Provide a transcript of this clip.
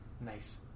nice